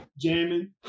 jamming